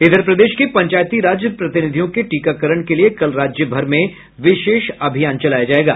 इधर प्रदेश के पंचायती राज प्रतिनिधियों के टीकाकरण के लिए कल राज्य भर में विशेष अभियान चलाया जायेगा